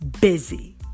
busy